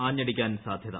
ആഞ്ഞടിക്കാൻ സാധ്യത